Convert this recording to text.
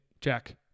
Jack